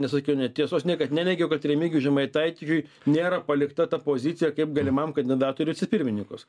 nesakiau netiesos niekad neneigiau kad remigijui žemaitaičiui nėra palikta ta pozicija kaip galimam kandidatui į vicepirmininkus